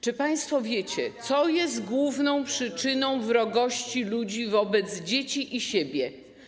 Czy państwo wiecie, co jest główną przyczyną wrogości ludzi wobec dzieci i siebie?